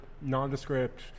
nondescript